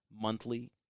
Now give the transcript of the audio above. monthly